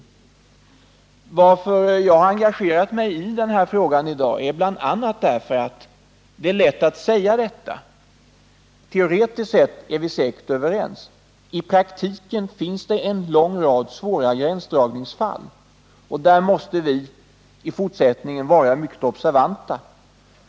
Anledningen till att jag i dag har engagerat mig i denna fråga är bl.a. att det är lätt att säga detta — teoretiskt sett är vi säkert överens, men i praktiken finns det en lång rad svåra gränsdragningsfall, och där måste vi i fortsättningen vara mycket observanta.